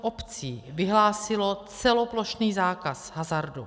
457 obcí vyhlásilo celoplošný zákaz hazardu.